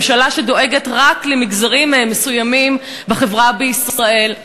ממשלה שדואגת רק למגזרים מסוימים בחברה בישראל,